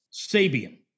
Sabian